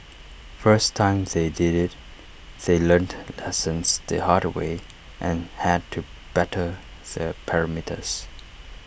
first time they did IT they learnt lessons the hard way and had to better the parameters